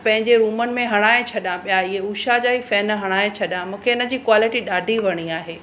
पंहिंजे रूमनि में हणाइ छॾियां ॿिया ऐं उषा जा ई फैन हणाइ छॾियां मूंखे हिन जी क्वालिटी ॾाढी वणी आहे